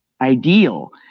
ideal